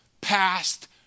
Past